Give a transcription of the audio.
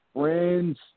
Friends